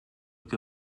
que